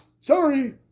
Sorry